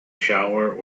shower